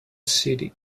city